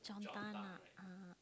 John-Tan ah uh